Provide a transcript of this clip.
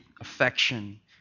affection